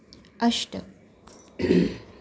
अष्ट